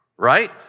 Right